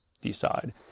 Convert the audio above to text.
decide